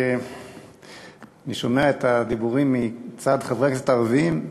אני שומע את הדיבורים מצד חברי הכנסת הערבים,